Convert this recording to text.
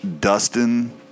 Dustin